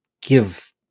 give